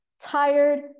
tired